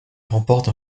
remporte